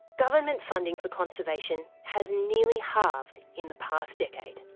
government funding for conservation has nearly halved in the past decade.